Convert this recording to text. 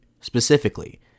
Specifically